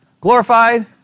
glorified